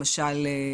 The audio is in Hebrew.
למשל,